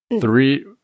three